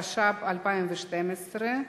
התשע"ב 2012,